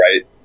right